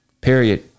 Period